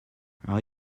are